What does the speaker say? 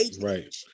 right